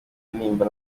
intimba